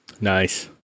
Nice